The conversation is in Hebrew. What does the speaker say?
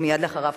ומייד אחריו,